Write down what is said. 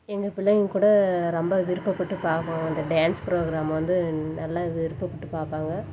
எங்கள் பிள்ளைங்க கூட ரொம்ப விருப்பப்பட்டு பார்க்கும் அந்த டான்ஸ் ப்ரோகிராம் வந்து நல்லா விருப்பப்பட்டு பார்ப்பாங்க